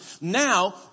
now